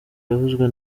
yavuzwe